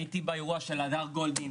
הייתי באירוע של הדר גולדין,